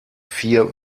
vier